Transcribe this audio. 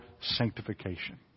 sanctification